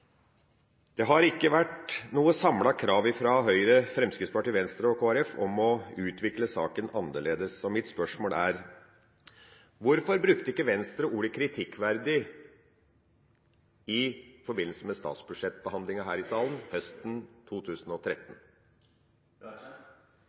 Det har ikke vært noe samlet krav fra Høyre, Fremskrittspartiet, Venstre og Kristelig Folkeparti om å utvikle saken annerledes, og mitt spørsmål er: Hvorfor brukte ikke Venstre ordet «kritikkverdig» i forbindelse med statsbudsjettbehandlingen her i salen høsten 2013?